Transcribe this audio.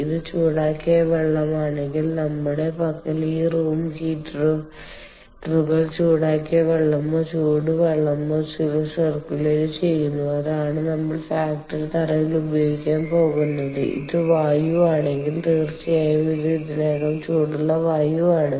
ഇത് ചൂടാക്കിയ വെള്ളമാണെങ്കിൽ നമ്മളുടെ പക്കൽ ഈ റൂം ഹീറ്ററുകൾ ചൂടാക്കിയ വെള്ളമോ ചൂടുവെള്ളമോ സിർക്കുലറ്റ് ചെയുന്നു അതാണ് നമ്മൾ ഫാക്ടറി തറയിൽ ഉപയോഗിക്കാൻ പോകുന്നത് ഇത് വായു ആണെങ്കിൽ തീർച്ചയായും ഇത് ഇതിനകം ചൂടുള്ള വായു ആണ്